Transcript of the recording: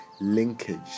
linkage